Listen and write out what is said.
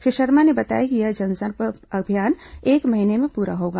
श्री शर्मा ने बताया कि यह जनसंपर्क अभियान एक महीने में पूरा होगा